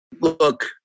Look